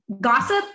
gossip